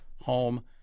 Home